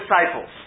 disciples